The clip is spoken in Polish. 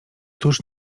tuż